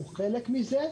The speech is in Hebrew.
שהוא חלק מזה,